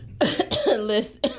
listen